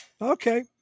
okay